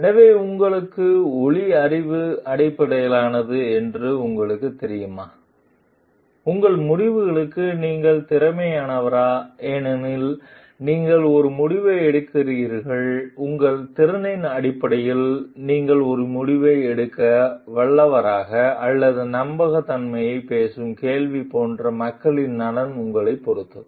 எனவே உங்களுக்கு ஒலி அறிவு அடிப்படையிலானது என்று உங்களுக்குத் தெரியுமா உங்கள் முடிவுகளுக்கு நீங்கள் திறமையானவரா ஏனெனில் நீங்கள் ஒரு முடிவை எடுக்கிறீர்களா உங்கள் திறனின் அடிப்படையில் நீங்கள் ஒரு முடிவை எடுக்க வல்லவரா அல்லது நம்பகத் தன்மையைப் பேசும் கேள்விகள் போன்ற மக்களின் நலன் உங்களைப் பொறுத்தது